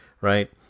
right